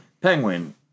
Penguin